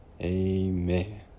Amen